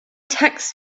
tax